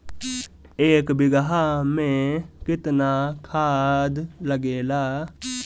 एक बिगहा में केतना खाद लागेला?